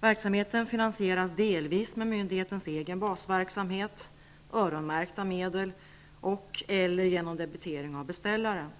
Verksamheten finansieras delvis genom myndighetens egen basverksamhet, öronmärkta medel och/eller genom debitering av beställaren.